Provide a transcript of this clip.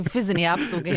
fizinei apsaugai